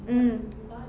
mm